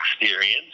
experience